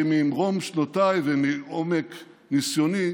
כי ממרום שנותיי ומעומק ניסיוני,